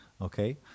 okay